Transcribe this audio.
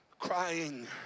Crying